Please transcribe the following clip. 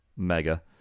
Mega